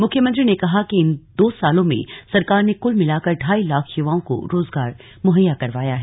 मुख्यमंत्री ने कहा कि इन दो सालों में सरकार ने कहल मिलाकर ढाई लाख युवाओं को रोजगार मुहैया करवाया है